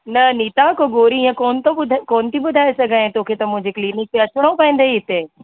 न नीता को गोरी इअं कोन्ह थो ॿधाए कोन्ह थी ॿुधाए सघां तोखे त मुंहिंजे क्लीनिक ते अचिणो पवंदो हिते